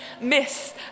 miss